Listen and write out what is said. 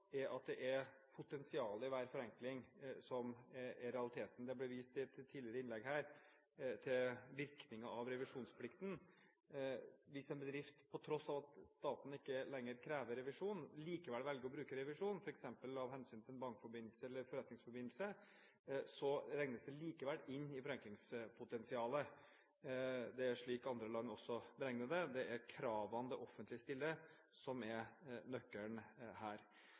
at det er potensialet i hver forenkling som er realiteten. Det ble i et tidligere innlegg her vist til virkningen av revisjonsplikten. Hvis en bedrift på tross av at staten ikke lenger krever revisjon, likevel velger å bruke revisjon, f.eks. av hensyn til en bankforbindelse eller en forretningsforbindelse, regnes det likevel inn i forenklingspotensialet. Det er slik andre land også beregner det. Det er kravene det offentlige stiller som er nøkkelen her.